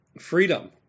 freedom